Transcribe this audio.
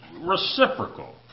reciprocal